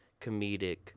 comedic